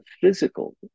physical